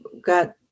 got